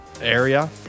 area